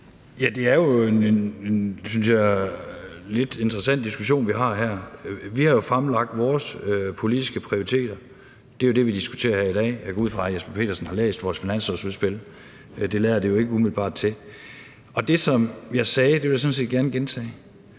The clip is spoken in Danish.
en, synes jeg, lidt interessant diskussion, vi har her. Vi har fremlagt vores politiske prioriteter. Det er det, vi diskuterer her i dag. Jeg går ud fra, at hr. Jesper Petersen har læst vores finanslovsudspil, men det lader det jo ikke umiddelbart til. Det, som jeg sagde, og det vil jeg sådan set gerne gentage,